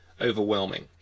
overwhelming